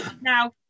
Now